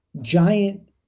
giant